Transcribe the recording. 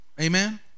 Amen